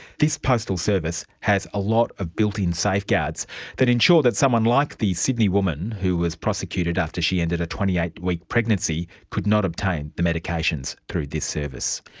this postal service has a lot of built-in safeguards that ensure that someone like the sydney woman who was prosecuted after she ended a twenty eight week pregnancy could not obtain the medications through this service.